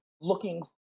looking